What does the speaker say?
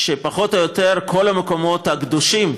פחות או יותר כל המקומות הקדושים